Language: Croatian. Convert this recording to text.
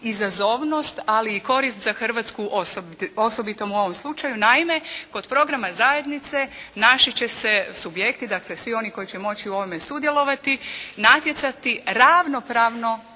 izazovnost ali i korist za Hrvatsku osobitom u ovom slučaju. Naime, kod programa zajednice naši će se subjekti, dakle, svi oni koji će moći u ovome sudjelovati natjecati ravnopravno,